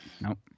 nope